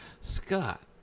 Scott